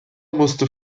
musste